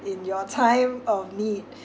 in your time of need